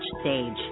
stage